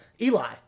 Eli